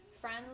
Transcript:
friends